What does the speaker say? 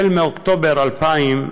מאוקטובר 2000,